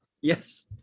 Yes